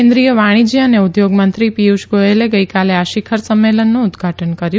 કેન્દ્રીય વાણિજ્ય અને ઉદ્યોગમંત્રી પિયુષ ગોયલ ગઇકાલે આ શ્રિખર સંમેલનનું ઉદધાટન કર્યું